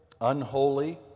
unholy